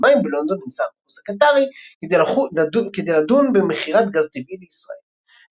פעמיים בלונדון עם שר החוץ הקטרי כדי לדון במכירת גז טבעי לישראל.